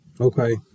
Okay